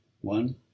one